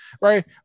Right